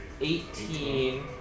eighteen